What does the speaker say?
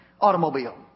automobile